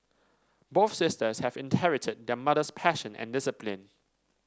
both sisters have inherited their mother's passion and discipline